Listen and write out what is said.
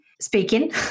speaking